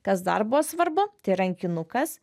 kas dar buvo svarbu tai rankinukas